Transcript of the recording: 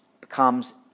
becomes